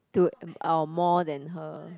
to our more than her